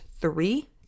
three